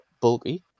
bulky